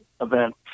event